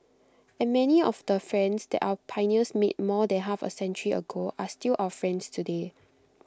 and many of the friends that our pioneers made more than half A century ago are still our friends today